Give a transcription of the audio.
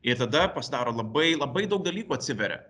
ir tada pasidaro labai labai daug dalykų atsiveria